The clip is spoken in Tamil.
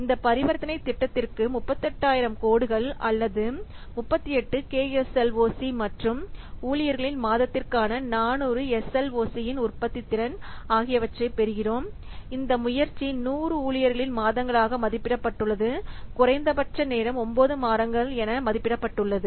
இந்த பரிவர்த்தனை திட்டத்திற்கு 38000 கோடுகள் அல்லது 38 K S L O C மற்றும் ஊழியர்களின் மாதத்திற்கான 400 S L O C இன் உற்பத்தித்திறன் ஆகியவற்றைப் பெறுகிறோம் அந்த முயற்சி 100 ஊழியர்களின் மாதங்களாக மதிப்பிடப்பட்டுள்ளது குறைந்தபட்ச நேரம் 9 மாதங்கள் என மதிப்பிடப்பட்டுள்ளது